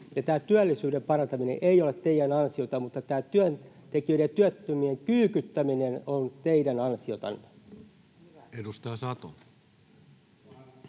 työllisyyden parantaminen ei ole teidän ansiotanne, mutta tämä työntekijöiden ja työttömien kyykyttäminen on teidän ansiotanne.